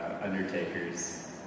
undertakers